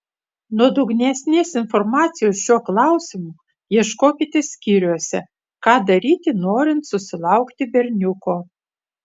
nuodugnesnės informacijos šiuo klausimu ieškokite skyriuose ką daryti norint susilaukti berniuko